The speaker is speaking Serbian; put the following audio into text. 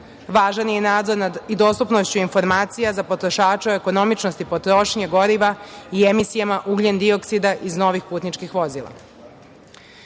Važan je i nadzor nad dostupnošću informacija za potrošača u ekonomičnosti potrošnje goriva i emisijama ugljendioksida iz novih putničkih vozila. Važno